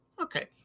Okay